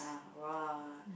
like !wah!